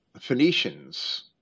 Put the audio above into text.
Phoenicians